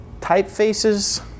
Typefaces